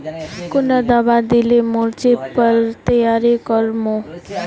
कुंडा दाबा दिले मोर्चे पर तैयारी कर मो?